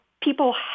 people